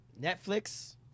Netflix